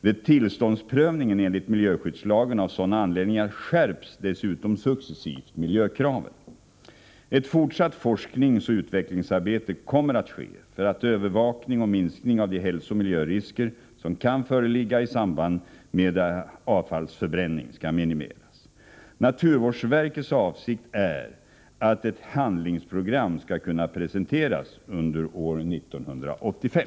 Vid tillståndsprövningen enligt miljöskyddslagen av sådana anläggningar skärps dessutom successivt miljökraven. Ett fortsatt forskningsoch utvecklingsarbete kommer att ske för övervakning och minskning av de hälsooch miljörisker som kan föreligga i samband med avfallsförbränning. Naturvårdsverkets avsikt är att ett handlingsprogram skall kunna presenteras under år 1985.